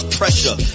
pressure